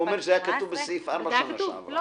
הוא אומר שזה היה כתוב בסעיף 4 בשנה שעברה.